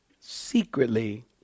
secretly